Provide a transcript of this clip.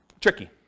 tricky